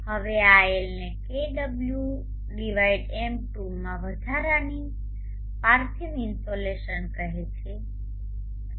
હવે આ એલને kWm2 માં વધારાની પાર્થિવ ઇનસોલેશન કહેવામાં આવે છે